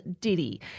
Diddy